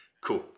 Cool